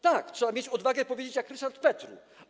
Tak, trzeba mieć odwagę i powiedzieć jak Ryszard Petru.